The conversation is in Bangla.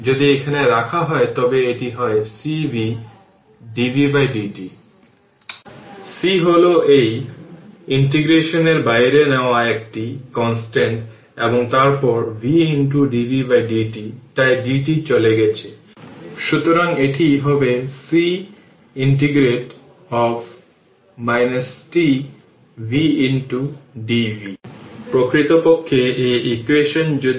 সুতরাং এই V এ t যা I0 R e এর পাওয়ার t τ তাই I0 R e এর পাওয়ার t τ যখন i t I0 e এর পাওয়ার t τ অতএব p t I0 square R e এর পাওয়ার 2 t τ এটি ইকুয়েশন 26